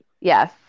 Yes